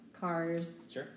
cars